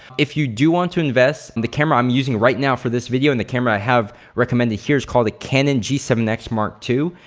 if you do want to invest, and the camera i'm using right now for this video and the camera i have recommended here is called a canon g seven x mark ii.